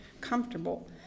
comfortable